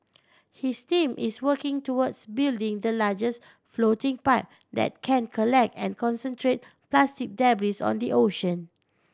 his team is working towards building the largest floating pipe that can collect and concentrate plastic debris on the ocean